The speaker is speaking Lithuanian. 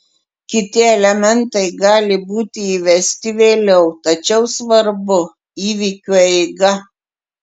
kiti elementai gali būti įvesti vėliau tačiau svarbu įvykių eiga